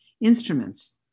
instruments